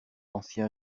ancien